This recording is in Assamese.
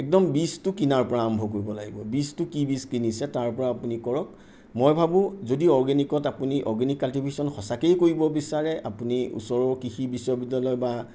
একদম বীজটো কিনাৰ পৰা আৰম্ভ কৰিব লাগিব বীজটো কি বীজ কিনিছে তাৰপৰা আপুনি কৰক মই ভাবোঁ যদি অৰ্গেনিকত আপুনি অৰ্গেনিক কাল্টিভেশ্যন সঁচাকৈয়ে কৰিব বিচাৰে আপুনি ওচৰৰ কৃষি বিশ্ববিদ্যালয় বা